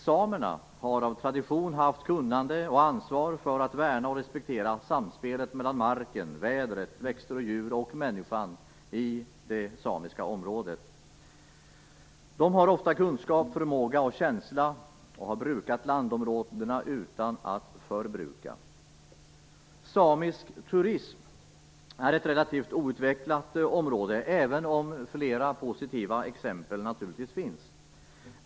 Samerna har av tradition haft kunnande och ansvar för att värna och respektera samspelet mellan marken, vädret, växter, djur och människor i det samiska området. De har ofta kunskap, förmåga och känsla och har brukat landområdena utan att förbruka. Samisk turism är ett relativt outvecklat område, även om flera positiva exempel naturligtvis finns.